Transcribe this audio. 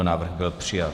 Návrh byl přijat.